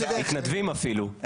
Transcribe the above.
מתנדבים אפילו.